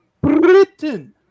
Britain